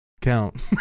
count